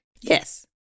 Yes